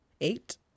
eight